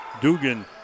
Dugan